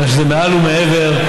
כך שזה מעל ומעבר,